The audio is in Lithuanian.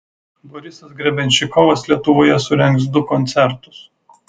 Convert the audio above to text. borisas grebenščikovas lietuvoje surengs du koncertus